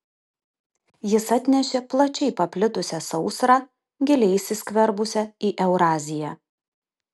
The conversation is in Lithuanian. jis atnešė plačiai paplitusią sausrą giliai įsiskverbusią į euraziją